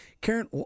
Karen